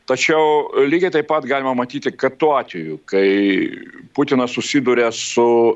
tačiau lygiai taip pat galima matyti kad tuo atveju kai putinas susiduria su